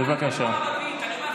תקרא לי גם פעם רביעית.